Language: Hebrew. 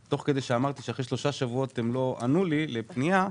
תוך כדי שאמרתי שאחרי שלושה שבועות הם לא ענו לי לפנייה שלי,